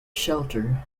shelter